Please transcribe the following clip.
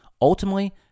Ultimately